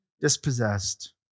dispossessed